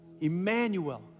Emmanuel